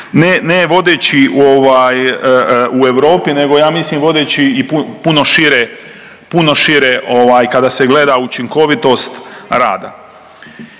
ne vodeći u Europi nego ja mislim vodeći i puno šire kada se gleda učinkovitost rada.